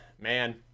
man